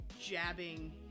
jabbing